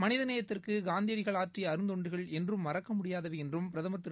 மனித சமூகத்திற்கு காந்தியடிகள் ஆற்றிய அருந்தொண்டுகள் என்றம் மறக்க முடியாதவை என்றம் பிரதமர் திரு